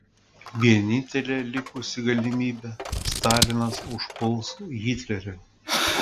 vienintelė likusi galimybė stalinas užpuls hitlerį